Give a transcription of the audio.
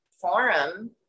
forum